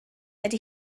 ydy